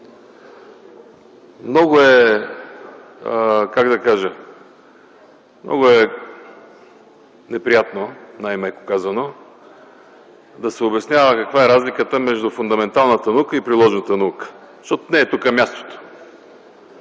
много е неприятно, най-меко казано, да се обяснява каква е разликата между фундаменталната и приложната наука, защото не е тук мястото.